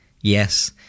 yes